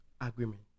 agreement